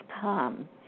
come